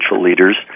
leaders